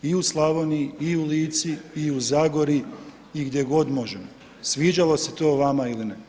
I u Slavoniji, i u Lici i u Zagori i gdje god možemo, sviđalo se to vama ili ne.